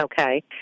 Okay